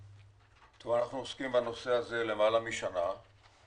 אנחנו עוסקים בנושא הזה למעלה משנה,